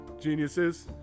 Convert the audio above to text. geniuses